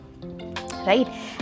Right